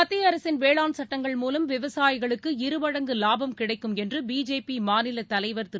மத்திய அரசின் வேளாண் சட்டங்கள் மூலம் விவசாயிகளுக்கு இருமடங்கு லாபம் கிடைக்கும் என்று பிஜேபி மாநிலத் தலைவர் திரு